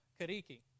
Kariki